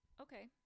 okay